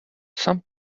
some